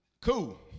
cool